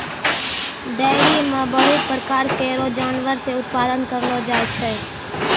dairy म बहुत प्रकार केरो जानवर से उत्पादन करलो जाय छै